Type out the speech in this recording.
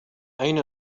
أين